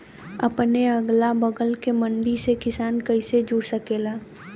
अपने अगला बगल के मंडी से किसान कइसे जुड़ सकेला?